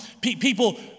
People